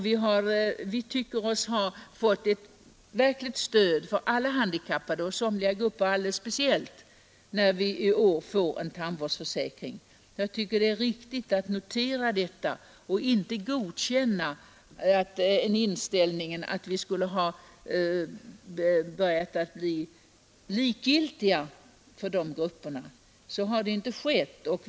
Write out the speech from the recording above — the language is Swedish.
Vi tycker att alla handikappade, somliga grupper alldeles Nr 37 speciellt, får ett verkligt stöd genom den tandvårdsförsäkring som i år Onsdagen den kommer att beslutas. 7 mars 1973 Det är riktigt att notera detta och inte godkänna talet om att — samhället blivit likgiltigt för dessa grupper.